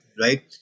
right